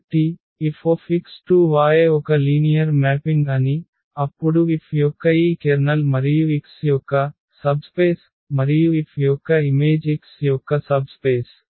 కాబట్టి F X→Y ఒక linear mapping అని అప్పుడు F యొక్క ఈ కెర్నల్ మరియు X యొక్క ఉప ప్రదేశం మరియు F యొక్క ఇమేజ్ X యొక్క సబ్ స్పేస్